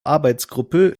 arbeitsgruppe